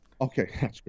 Okay